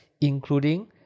including